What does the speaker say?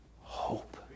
hope